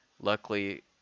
Luckily